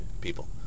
people